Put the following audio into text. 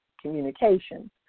communication